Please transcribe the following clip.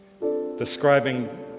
describing